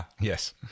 Yes